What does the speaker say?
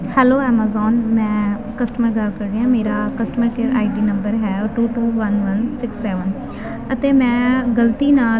hello Amazon ਮੈਂ customer ਗੱਲ ਕਰ ਰਹੀ ਹਾਂ ਮੇਰਾ customer care I D number ਹੈ two two one one six seven ਅਤੇ ਮੈਂ ਗਲਤੀ ਨਾਲ